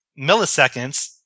milliseconds